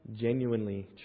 genuinely